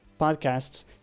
podcasts